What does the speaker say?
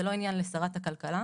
זה לא עניין לשרת הכלכלה.